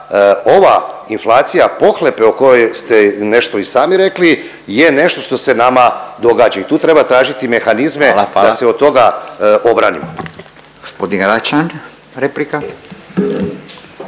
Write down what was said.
ova inflacija pohlepe o kojoj ste nešto i sami rekli je nešto što se nama događa i tu treba tražiti mehanizme … .../Upadica: